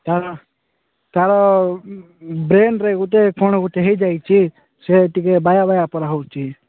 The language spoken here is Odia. ତାର ତାର ବ୍ରେନ୍ରେ ଗୋଟେ କ'ଣ ଗୋଟେ ହୋଇଯାଇଛି ସେ ଟିକେ ବାଇଆ ବାଇଆ ପରି ହେଉଛି